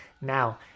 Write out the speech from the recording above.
now